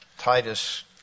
Titus